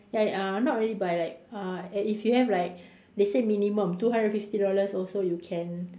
ya uh not really buy like uh if you have like they said minimum two hundred fifty dollars also you can